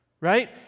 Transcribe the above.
Right